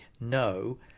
no